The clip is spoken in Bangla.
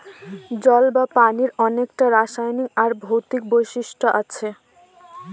জল বা পানির অনেককটা রাসায়নিক আর ভৌতিক বৈশিষ্ট্য আছে